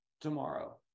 tomorrow